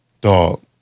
Dog